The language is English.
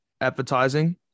advertising